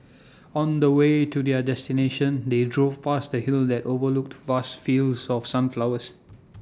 on the way to their destination they drove past A hill that overlooked vast fields of sunflowers